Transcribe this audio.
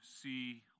see